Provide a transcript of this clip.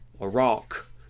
Iraq